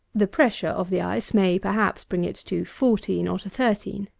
the pressure of the ice may, perhaps, bring it to fourteen, or to thirteen.